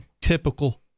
typical